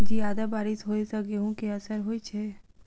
जियादा बारिश होइ सऽ गेंहूँ केँ असर होइ छै?